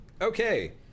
Okay